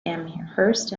amherst